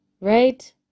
right